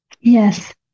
Yes